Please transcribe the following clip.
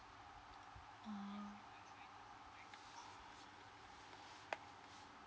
mm